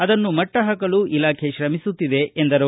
ಅದನ್ನು ಮಟ್ಟ ಹಾಕಲು ಇಲಾಖೆ ಶ್ರಮಿಸುತ್ತಿದೆ ಎಂದರು